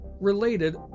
related